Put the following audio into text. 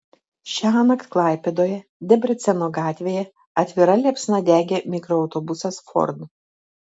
šiąnakt klaipėdoje debreceno gatvėje atvira liepsna degė mikroautobusas ford